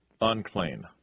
unclean